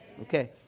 Okay